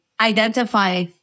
identify